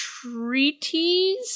Treaties